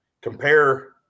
Compare –